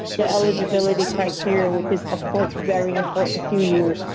the eligibility criteria which is of course very important to you.